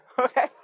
Okay